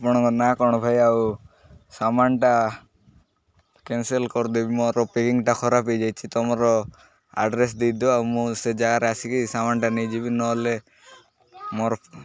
ଆପଣଙ୍କ ନା କ'ଣ ଭାଇ ଆଉ ସାମାନଟା କ୍ୟାନ୍ସଲ୍ କରିଦେବି ମୋର ପ୍ୟାକିଂଟା ଖରାପ ହୋଇଯାଇଛି ତମର ଆଡ଼୍ରେସ୍ ଦେଇଦିଅ ଆଉ ମୁଁ ସେ ଯାଗାରେ ଆସିକି ସାମାନଟା ନେଇଯିବି ନହେଲେ ମୋର